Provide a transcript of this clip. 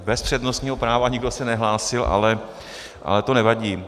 Bez přednostního práva nikdo se nehlásil, ale to nevadí.